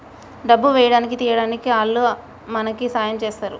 డబ్బు వేయడానికి తీయడానికి ఆల్లు మనకి సాయం చేస్తరు